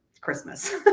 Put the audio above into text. Christmas